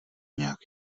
nějak